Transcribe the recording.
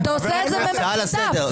זאת הצעה לסדר.